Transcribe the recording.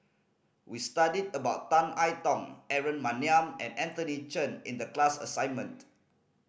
we studied about Tan I Tong Aaron Maniam and Anthony Chen in the class assignment